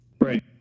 Right